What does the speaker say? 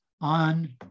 on